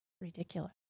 ridiculous